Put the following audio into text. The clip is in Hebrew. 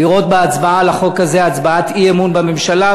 לראות בהצבעה על החוק הזה הצבעת אי-אמון בממשלה,